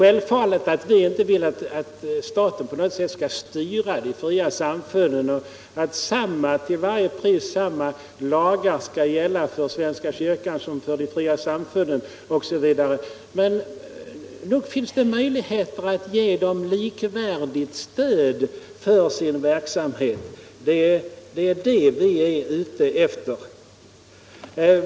Självfallet vill vi inte att staten på något sätt skall styra de fria samfunden och att till varje pris samma lagar skall gälla för svenska kyrkan som för de fria samfunden osv. Men nog finns det möjligheter att ge dem likvärdigt stöd för sin verksamhet. Det är det vi är ute efter.